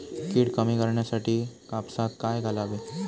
कीड कमी करण्यासाठी कापसात काय घालावे?